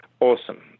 awesome